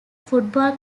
football